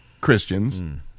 Christians